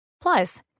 Plus